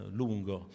lungo